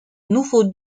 nouveau